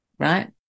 right